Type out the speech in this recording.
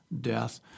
death—